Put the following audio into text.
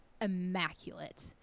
immaculate